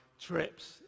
trips